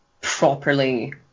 properly